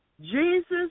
Jesus